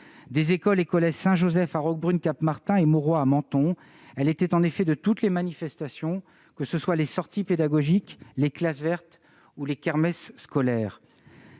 des écoles et collèges Saint-Joseph à Roquebrune-Cap-Martin et Maurois à Menton. Elle était en effet de toutes les manifestations, que ce soient les sorties pédagogiques, les classes vertes ou les kermesses scolaires.